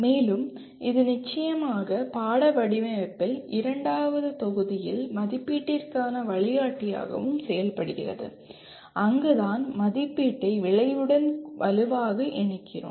மேலும் இது நிச்சயமாக பாட வடிவமைப்பில் இரண்டாவது தொகுதியில் மதிப்பீட்டிற்கான வழிகாட்டியாகவும் செயல்படுகிறது அங்குதான் மதிப்பீட்டை விளைவுடன் வலுவாக இணைக்கிறோம்